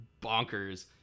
bonkers